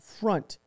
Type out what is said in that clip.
front